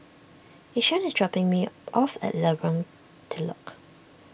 Ishaan is dropping me off at Lorong Telok